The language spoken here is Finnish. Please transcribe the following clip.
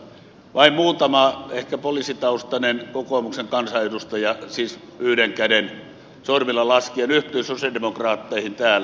vain muutama ehkä poliisitaustainen kokoomuksen kansanedustaja siis yhden käden sormilla laskien yhtyi sosialidemokraatteihin täällä